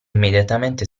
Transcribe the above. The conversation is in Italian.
immediatamente